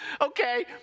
okay